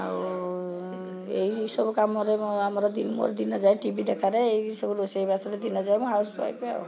ଆଉ ଏହିସବୁ କାମରେ ମୋ ଆମର ମୋର ଦିନ ଯାଏ ଟି ଭି ଦେଖାରେ ଏଇସବୁ ରୋଷେଇବାସରେ ଦିନ ଯାଏ ମୁଁ ହାଉସ୍ ୱାଇଫ୍ ଆଉ